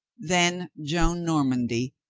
then joan normandy,